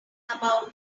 about